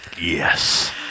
yes